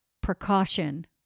precaution